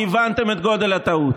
כי הבנתם את גודל הטעות.